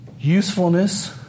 usefulness